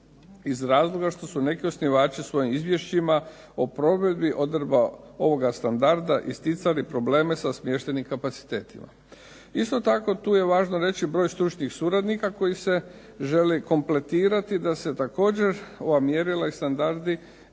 iz razloga što su neki osnivači svojim izvješćima o provedbi odredba ovoga standarda isticali probleme sa smještajnim kapacitetima. Isto tako tu je važno reći broj stručnih suradnika koji se želi kompletirati, da se također ova mjerila i standardi